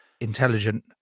intelligent